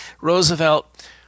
Roosevelt